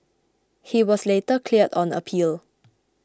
he was later cleared on appeal